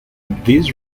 this